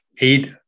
eight